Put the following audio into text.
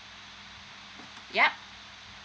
yup